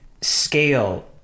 scale